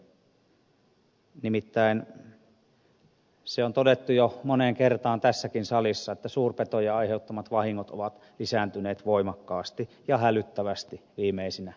nimittäin se on todettu jo moneen kertaan tässäkin salissa että suurpetojen aiheuttamat vahingot ovat lisääntyneet voimakkaasti ja hälyttävästi viimeisinä vuosina